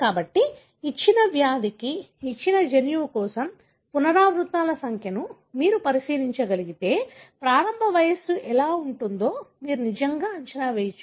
కాబట్టి ఇచ్చిన వ్యాధికి ఇచ్చిన జన్యువు కోసం పునరావృతాల సంఖ్యను మీరు పరిశీలించగలిగితే ప్రారంభ వయస్సు ఎలా ఉంటుందో మీరు నిజంగా అంచనా వేయవచ్చు